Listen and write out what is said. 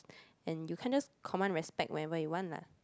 and you can't just command respect whenever you want lah